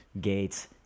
Gates